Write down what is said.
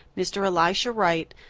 mr. elisha wright,